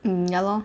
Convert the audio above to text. mm ya lor